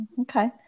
okay